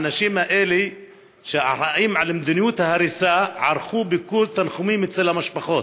האנשים האלה שאחראים על מדיניות ההריסה ערכו ביקור תנחומים אצל המשפחות.